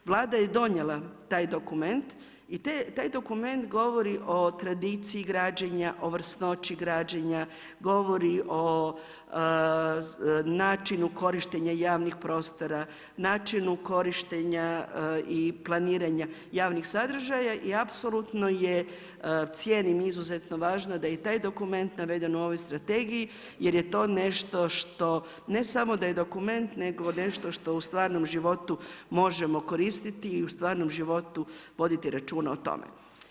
Vlada je donijela taj dokument i taj dokument govori o tradiciji građenja, o vrsnoći građenja, govori o načinu korištenja javnih prostora, načinu korištenja i planiranja javnih sadržaja i apsolutno je, cijenim izuzetno važno da je i taj dokument naveden u ovoj strategiji jer je to nešto što ne samo da je dokument nego nešto što u stvarnom životu možemo koristiti i u stvarnom životu voditi računa o tome.